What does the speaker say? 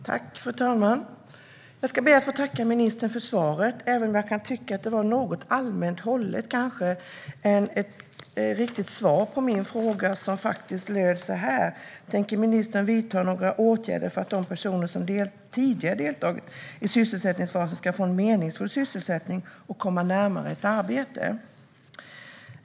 Fru talman! Jag ske be att få tacka ministern för svaret, även om jag kan tycka att det var mer allmänt hållet än ett riktigt svar på min fråga, som löd så här: Tänker ministern vidta några åtgärder för att de personer som tidigare deltagit i sysselsättningsfasen ska få en meningsfull sysselsättning och komma närmare ett arbete?